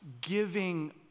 giving